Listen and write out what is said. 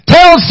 Tell